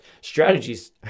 strategies